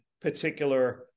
particular